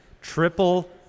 Triple